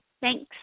thanks